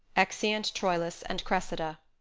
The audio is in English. exeunt troilus and cressida